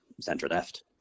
centre-left